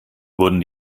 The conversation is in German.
wurden